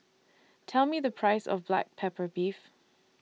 Tell Me The Price of Black Pepper Beef